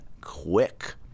quick